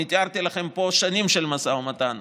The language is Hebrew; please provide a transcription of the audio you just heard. אני תיארתי לכם פה שנים של משא ומתן,